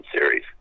series